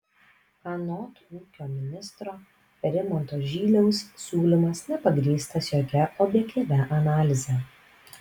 anot ūkio ministro rimanto žyliaus siūlymas nepagrįstas jokia objektyvia analize